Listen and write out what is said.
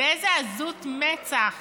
באיזו עזות מצח